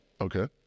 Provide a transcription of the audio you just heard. Okay